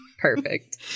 perfect